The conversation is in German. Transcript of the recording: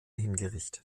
hingerichtet